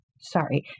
sorry